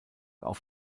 auf